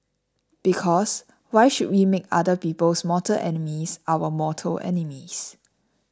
because why should we make other people's mortal enemies our mortal enemies